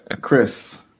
Chris